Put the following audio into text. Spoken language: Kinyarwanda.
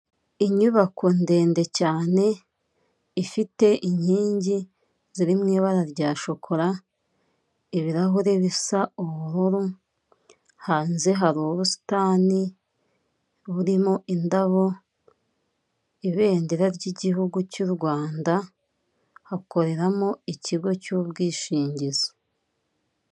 Inyubako ndende cyane, ifite inkingi ziri mu ibara rya shokora ibirahuri bisa ubururu hanze hari ubusitani burimo indabo ibendera ry'igihugu cy'u rwanda hakoreramo ikigo cy'ubwishingizi.